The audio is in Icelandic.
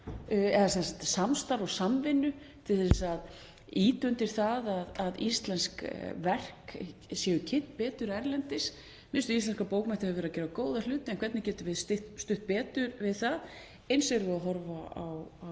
eða samstarf og samvinnu til að ýta undir það að íslensk verk séu kynnt betur erlendis? Miðstöð íslenskra bókmennta hefur verið að gera góða hluti en hvernig getum við stutt betur við hana? Eins erum við að horfa á